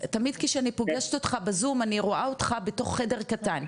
כשאני פוגשת אותך בזום אני רואה אותך בתוך חדר קטן,